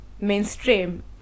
mainstream